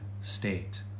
state